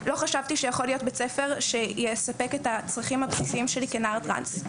לא חשבתי שיכול להיות בית ספר שיספק את הצרכים הבסיסיים שלי כנער טרנס.